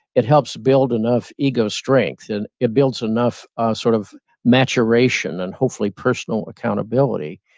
it helps build enough ego strength and it builds enough sort of maturation and hopefully personal accountability,